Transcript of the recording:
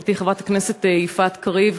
חברתי חברת הכנסת יפעת קריב,